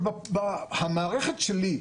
המערכת שלי,